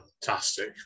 Fantastic